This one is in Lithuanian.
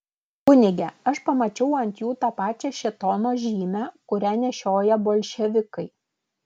kunige aš pamačiau ant jų tą pačią šėtono žymę kurią nešioja bolševikai